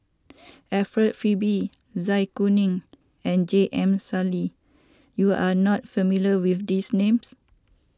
Alfred Frisby Zai Kuning and J M Sali you are not familiar with these names